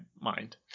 mind